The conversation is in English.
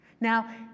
Now